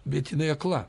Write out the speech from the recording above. bet jinai akla